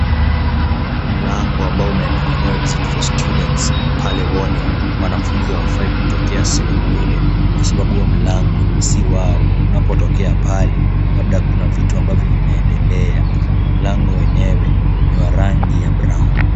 Mlango ambao umeandikwa no exit for students pale warning . Wanafunzi hawafai kutokea sehemu ile kwa sababu huo mlango si wao. Unapotokea pale labda kuna vitu ambavyo vinaendelea. Mlango wenyewe ni wa rangi ya brown .